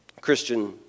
Christian